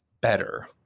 better